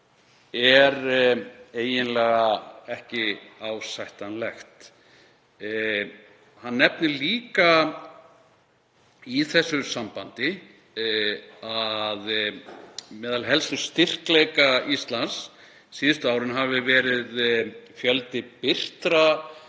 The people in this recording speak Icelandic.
er eiginlega ekki ásættanlegt. Hann nefnir líka að meðal helstu styrkleika Íslands síðustu árin hafi verið fjöldi birtra